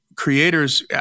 creators